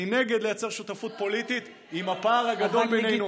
אני נגד לייצר שותפות פוליטית עם הפער הגדול בינינו.